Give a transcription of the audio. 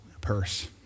purse